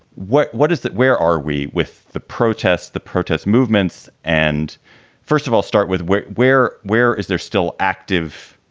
what what is that? where are we with the protests? the protest movements? and first of all, start with where where where is there still active?